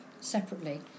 separately